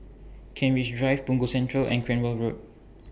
Kent Ridge Drive Punggol Central and Cranwell Road